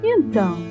Então